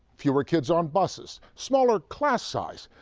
fewer kids on buses, smaller class size.